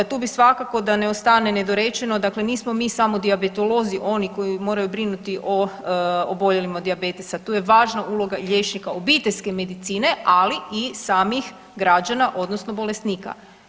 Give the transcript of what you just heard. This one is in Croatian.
Tu bi svakako da ne ostane nedorečeno, dakle nismo mi samo dijabetolozi oni koji moraju brinuti o oboljelima od dijabetesa tu je važna uloga i liječnika obiteljske medicine, ali i samih građana odnosno bolesnika.